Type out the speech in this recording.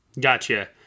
Gotcha